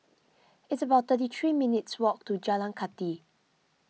it's about thirty three minutes' walk to Jalan Kathi